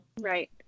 Right